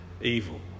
evil